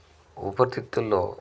ఊపిరితిత్తుల్లో